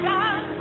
God